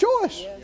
choice